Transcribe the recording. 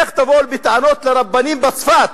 איך תבוא בטענות לרבנים בצפת,